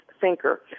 thinker